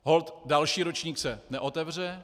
Holt další ročník se neotevře.